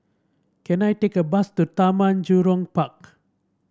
can I take a bus to Taman Jurong Park